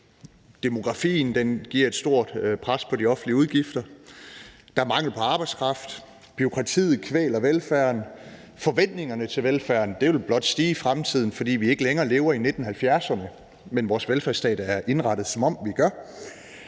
Demografien giver et stort pres på de offentlige udgifter, der er mangel på arbejdskraft, bureaukratiet kvæler velfærden, og forventningerne til velfærden vil blot stige i fremtiden, fordi vi ikke længere lever i 1970'erne, men vores velfærdsstat er indrettet, som om vi gør.